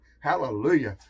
Hallelujah